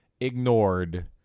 ignored